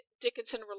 Dickinson